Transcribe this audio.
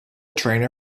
trainer